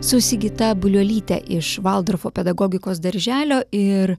su sigita buliolyte iš valdorfo pedagogikos darželio ir